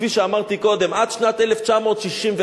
כפי שאמרתי קודם, עד שנת 1964,